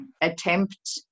attempt